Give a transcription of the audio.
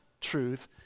truth